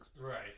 Right